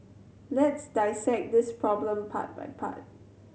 let's dissect this problem part by part